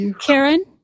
Karen